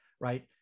right